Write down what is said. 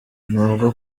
nubwo